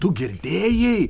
tu girdėjai